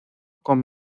con